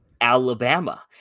Alabama